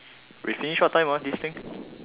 we finish what time ah this thing